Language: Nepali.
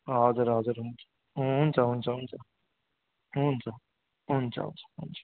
हजुर हजुर हुन्छ हुन्छ हुन्छ हुन्छ हुन्छ हुन्छ